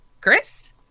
Chris